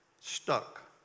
Stuck